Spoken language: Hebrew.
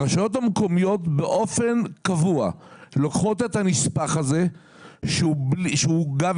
הרשויות המקומיות באופן קבוע לוקחות את הנספח הזה שהוא גב